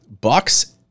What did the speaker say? Bucks